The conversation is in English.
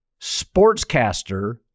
sportscaster